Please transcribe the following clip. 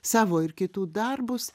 savo ir kitų darbus